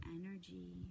energy